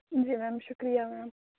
جی ma'am شُکریہ میم